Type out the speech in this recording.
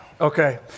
Okay